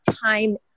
time